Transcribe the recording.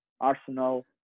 Arsenal